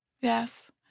Yes